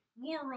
War